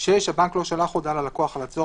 "(6)הבנק לא שלח הודעה ללקוח על הצורך